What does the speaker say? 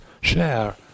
share